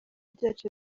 byacu